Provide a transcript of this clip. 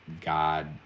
God